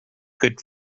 good